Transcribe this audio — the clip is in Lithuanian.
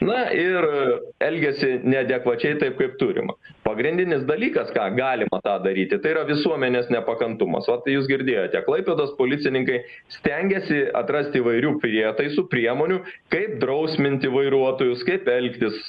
na ir elgiasi neadekvačiai taip kaip turima pagrindinis dalykas ką galima tą daryti tai yra visuomenės nepakantumas o tai jūs girdėjote klaipėdos policininkai stengiasi atrasti įvairių prietaisų priemonių kaip drausminti vairuotojus kaip elgtis